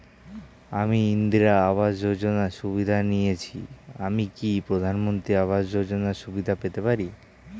আমি ইন্দিরা আবাস যোজনার সুবিধা নেয়েছি আমি কি প্রধানমন্ত্রী আবাস যোজনা সুবিধা পেতে পারি?